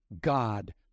God